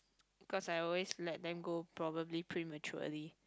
because I always let them go probably prematurely